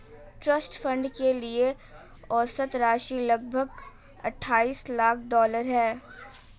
trust fund के लिए औसत राशि लगभग अट्ठाईस लाख डॉलर है